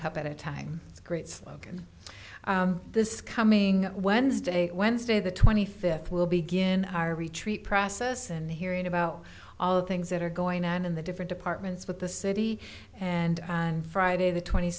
cup at a time it's great slogan this coming wednesday wednesday the twenty fifth will begin our retreat process and hearing about all things that are going on in the different departments with the city and and friday the twenty